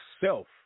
self